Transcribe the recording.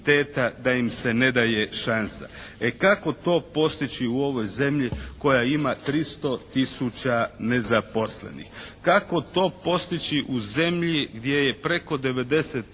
da im se ne daje šansa. E kako to postići u ovoj zemlji koja ima 300 tisuća nezaposlenih? Kako to postići u zemlji gdje je preko 90%